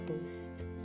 host